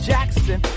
Jackson